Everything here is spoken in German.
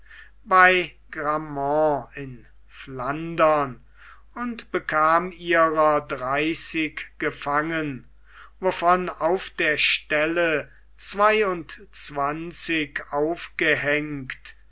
bei grammont in flandern und bekam ihrer dreißig gefangen wovon auf der stelle zweiundzwanzig aufgehängt